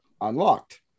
unlocked